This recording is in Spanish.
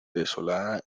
desolada